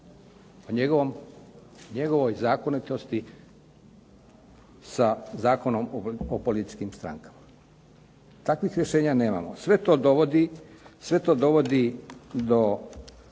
O njegovoj zakonitosti sa Zakonom o političkim strankama? Takvih rješenja nemamo. Sve to dovodi do